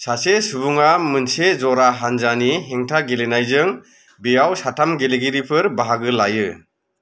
सासे सुबुङा मोनसे जरा हानजानि हेंथा गेलेनायजों बेयाव साथाम गेलेगिरिफोर बाहागो लायो